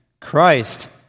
Christ